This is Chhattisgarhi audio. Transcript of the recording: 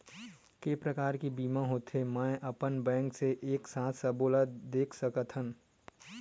के प्रकार के बीमा होथे मै का अपन बैंक से एक साथ सबो ला देख सकथन?